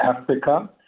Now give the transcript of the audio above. Africa